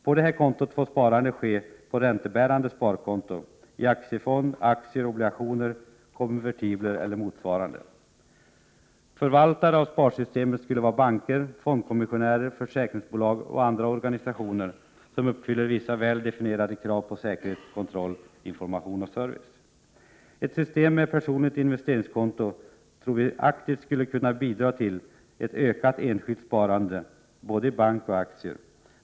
På kontot får sparande ske på räntebärande sparkonto, i aktiefond, aktier, obligationer, konvertibler eller motsvarande. Förvaltare av sparsystemet skulle vara banker, fondkommissionärer, försäkringsbolag och andra organisationer som uppfyller vissa väl definierade krav på säkerhet, kontroll, information och service. Ett system med personliga investeringskonton tror vi aktivt skulle kunna bidra till ett ökat enskilt sparande både i bank och i aktier.